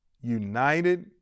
united